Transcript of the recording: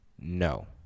no